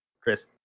Chris